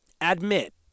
admit